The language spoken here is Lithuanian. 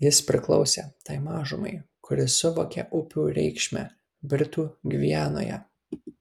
jis priklausė tai mažumai kuri suvokė upių reikšmę britų gvianoje